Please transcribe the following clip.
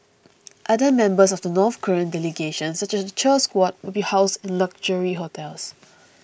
other members of the North Korean delegation such as the cheer squad will be housed in luxury hotels